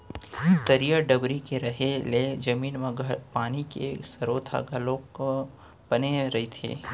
तरिया डबरी के रहें ले जमीन म पानी के सरोत ह घलोक बने रहिथे